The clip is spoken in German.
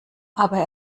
aber